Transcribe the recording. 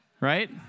right